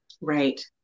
right